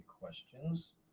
questions